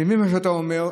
אני מבין את מה שאתה אומר,